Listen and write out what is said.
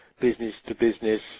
business-to-business